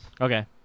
Okay